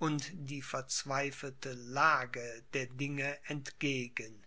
und die verzweifelte lage der dinge entgegen